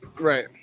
right